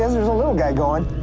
there's a little guy going.